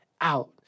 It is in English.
out